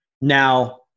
Now